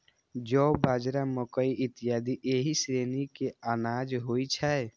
जौ, बाजरा, मकइ इत्यादि एहि श्रेणी के अनाज होइ छै